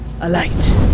Alight